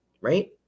right